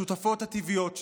השותפות הטבעיות שלו.